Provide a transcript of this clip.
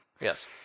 Yes